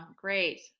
Great